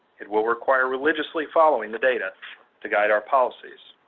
it will require religiously following the data to guide our policies.